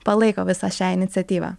palaiko visą šią iniciatyvą